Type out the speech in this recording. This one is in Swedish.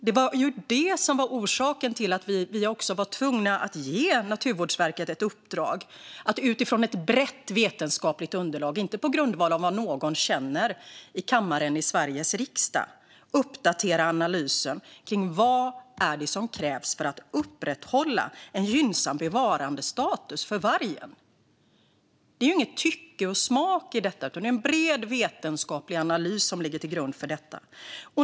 Detta var orsaken till att vi var tvungna att ge Naturvårdsverket i uppdrag att utifrån ett brett vetenskapligt underlag - inte på grundval av vad någon känner i kammaren i Sveriges riksdag - uppdatera analysen kring vad som krävs för att upprätthålla en gynnsam bevarandestatus för vargen. Det är inget tycke och smak i detta, utan det är en bred, vetenskaplig analys som ligger till grund.